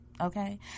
okay